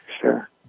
Sure